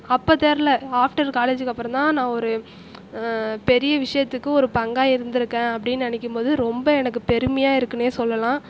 அப்போ தெரில ஆஃப்டர் காலேஜ்க்கு அப்புறோம் தான் நான் ஒரு பெரிய விஷயத்துக்கு ஒரு பங்காக இருந்துருக்கேன் அப்படின்னு நினைக்கும் போது ரொம்ப எனக்கு பெருமையாக இருக்குன்னே சொல்லலாம்